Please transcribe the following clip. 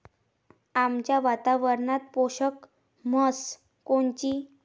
आमच्या वातावरनात पोषक म्हस कोनची?